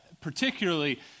particularly